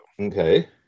Okay